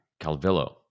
Calvillo